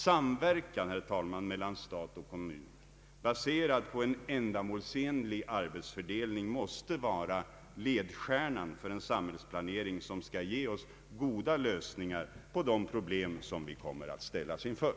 Herr talman! Samverkan mellan stat och kommun, baserad på en ändamålsenlig arbetsfördelning, måste vara ledstjärnan för en samhällsplanering som skall ge oss goda lösningar på de problem som vi kommer att ställas inför.